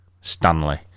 Stanley